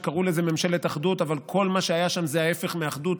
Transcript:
כשקראו לזה ממשלת אחדות אבל כל מה שהיה שם זה ההיפך מאחדות,